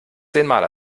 zehnmal